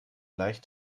leicht